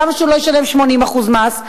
למה שהוא לא ישלם 80% מס?